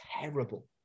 terrible